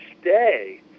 stay